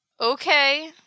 Okay